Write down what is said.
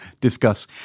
Discuss